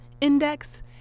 index